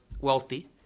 wealthy